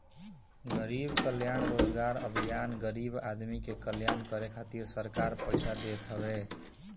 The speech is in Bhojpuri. गरीब कल्याण रोजगार अभियान गरीब आदमी के कल्याण करे खातिर सरकार पईसा देत हवे